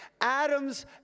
Adam's